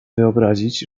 wyobrazić